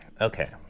okay